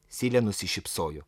silė nusišypsojo